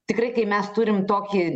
tikrai kai mes turim tokį